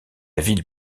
ville